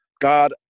God